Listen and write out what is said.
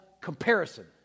comparison